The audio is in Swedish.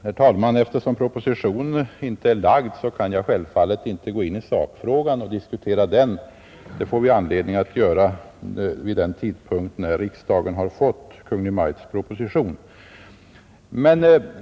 Herr talman! Eftersom proposition inte är framlagd kan jag självfallet inte diskutera sakfrågan. Detta får vi anledning att göra vid den tidpunkt när riksdagen har fått Kungl. Maj:ts proposition.